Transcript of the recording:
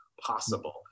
possible